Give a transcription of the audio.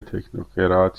تکنوکرات